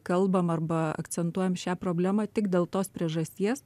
kalbam arba akcentuojam šią problemą tik dėl tos priežasties